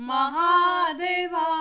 Mahadeva